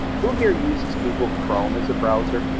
who here uses google chrome as a browser,